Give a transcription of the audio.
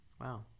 Wow